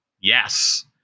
Yes